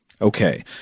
Okay